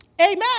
Amen